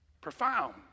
profound